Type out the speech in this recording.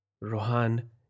Rohan